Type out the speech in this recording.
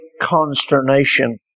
consternation